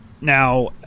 Now